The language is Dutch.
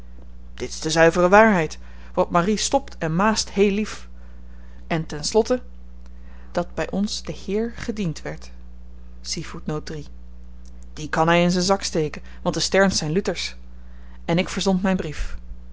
dit is de zuivere waarheid want marie stopt en maast heel lief en ten slotte dat by ons de heer gediend werd die kan hy in zyn zak steken want de sterns zyn luthersch en ik verzond myn brief